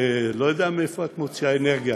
שאני לא יודע מאיפה את מוציאה אנרגיה,